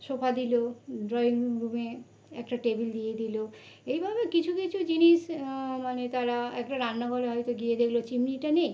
sofa দিলো drawing রুমে একটা টেবিল দিয়ে দিলো এইভাবে কিছু কিছু জিনিস মানে তারা একটা রান্নাঘরে হয়তো গিয়ে দেখলো চিমনিটা নেই